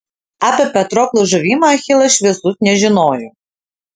apie patroklo žuvimą achilas šviesus nežinojo